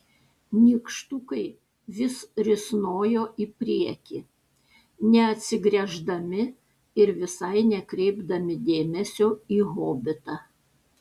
nykštukai vis risnojo į priekį neatsigręždami ir visai nekreipdami dėmesio į hobitą